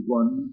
one